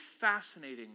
fascinating